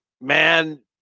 man